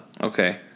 Okay